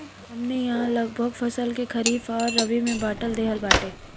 हमनी इहाँ लगभग फसल के खरीफ आ रबी में बाँट देहल बाटे